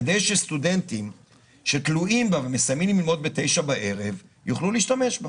כדי שסטודנטים שמסיימים ללמוד ב-21:00 בערב יוכלו להשתמש בה.